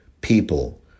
people